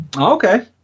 Okay